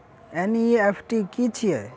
NEFT की छीयै?